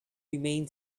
remain